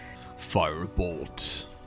Firebolt